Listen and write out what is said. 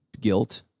guilt